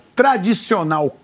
tradicional